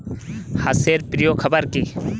হাঁস এর প্রিয় খাবার কি?